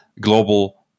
global